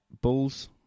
Bulls